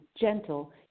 gentle